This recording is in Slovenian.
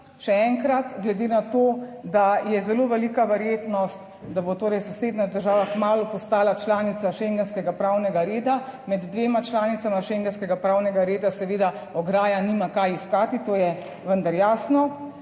Še enkrat, glede na to, da je zelo velika verjetnost, da bo torej sosednja država kmalu postala članica schengenskega pravnega reda, med dvema članicama schengenskega pravnega reda seveda ograja nima kaj iskati, to je vendar jasno.